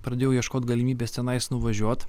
pradėjau ieškot galimybės tenais nuvažiuot